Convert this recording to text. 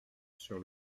sur